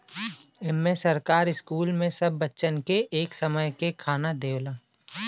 इम्मे सरकार स्कूल मे सब बच्चन के एक समय के खाना देवला